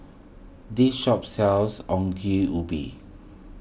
this shop sells Ongol Ubi